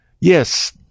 Yes